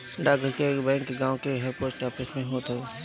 डाकघर बैंक गांव के हर पोस्ट ऑफिस में होत हअ